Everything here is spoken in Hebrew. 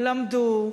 למדו.